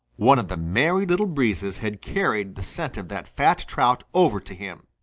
one of the merry little breezes had carried the scent of that fat trout over to him.